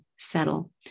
settle